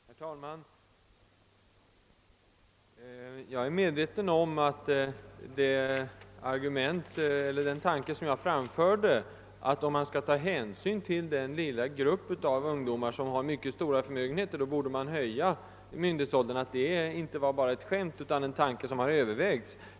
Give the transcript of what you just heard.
Herr talman! Jag är medveten om att den tanke jag framförde — nämligen att man, om man skall ta hänsyn till den lilla grupp av ungdomar som har mycket stora förmögenheter, borde höja myndighetsåldern — inte bara var ett skämt utan en tanke som har övervägts.